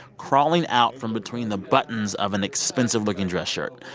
crawling out from between the buttons of an expensive-looking dress shirt.